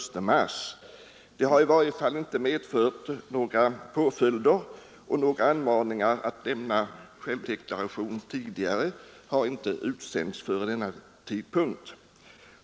Att man lämnat sin deklaration senast den dagen har inte medfört några påföljder, och anmaning att lämna självdeklaration tidigare har inte utsänts.